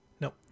Nope